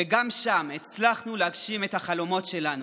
וגם שם הצלחנו להגשים את החלומות שלנו.